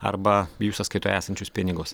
arba jų sąskaitoj esančius pinigus